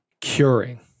curing